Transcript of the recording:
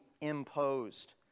imposed